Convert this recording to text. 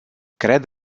cred